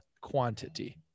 quantity